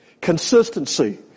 Consistency